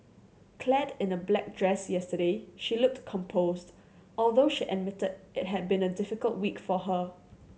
Clad in a black dress yesterday she looked composed although she admitted it had been a difficult week for her